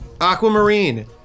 Aquamarine